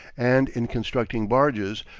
and in constructing barges,